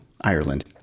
Ireland